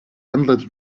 endless